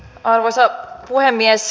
arvoisa puhemies